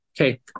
okay